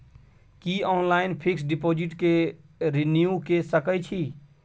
की online fix deposit के renew के सकै छी?